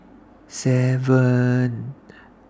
seven